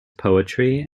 poetry